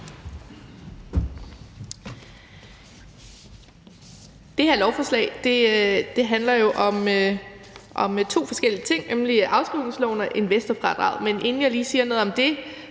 Det her lovforslag handler jo om to forskellige ting, nemlig afskrivningsloven og investorfradraget.